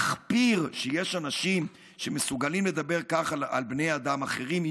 מחפיר שיש אנשים שמסוגלים לדבר ככה על בני אדם אחרים,